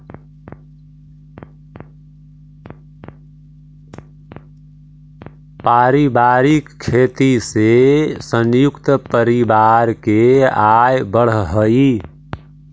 पारिवारिक खेती से संयुक्त परिवार के आय बढ़ऽ हई